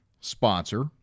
sponsor